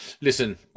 Listen